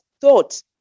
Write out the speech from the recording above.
thought